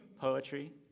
Poetry